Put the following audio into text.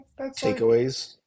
Takeaways